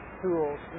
tools